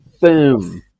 Boom